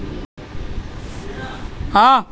నీటి పారుదల వ్యవస్థ అంటే ఏంటి?